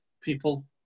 people